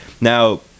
Now